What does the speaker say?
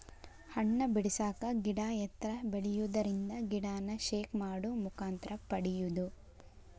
ಹಣ್ಣ ಬಿಡಸಾಕ ಗಿಡಾ ಎತ್ತರ ಬೆಳಿಯುದರಿಂದ ಗಿಡಾನ ಶೇಕ್ ಮಾಡು ಮುಖಾಂತರ ಪಡಿಯುದು